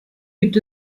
gibt